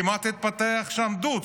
כמעט התפתח שם דו"צ,